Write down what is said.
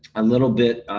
a little bit,